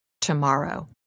tomorrow